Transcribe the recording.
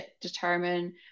determine